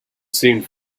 seemed